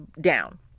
down